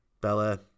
Bella